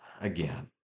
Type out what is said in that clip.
again